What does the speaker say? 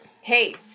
Hey